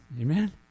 Amen